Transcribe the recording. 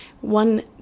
one